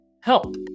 help